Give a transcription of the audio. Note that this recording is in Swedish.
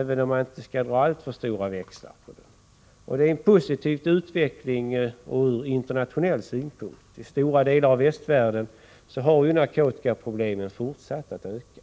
även om man inte skall dra alltför stora växlar på den. Det är en positiv utveckling ur internationell synpunkt. I stora delar av västvärlden har ju narkotikaproblemen fortsatt att öka.